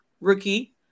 rookie